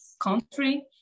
country